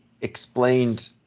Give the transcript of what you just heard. explained